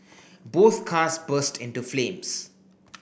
both cars burst into flames